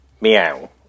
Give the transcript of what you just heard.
meow